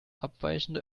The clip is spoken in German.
abweichende